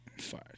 Fire